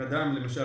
אם אדם גר